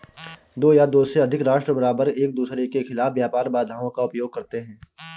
दो या दो से अधिक राष्ट्र बारबार एकदूसरे के खिलाफ व्यापार बाधाओं का उपयोग करते हैं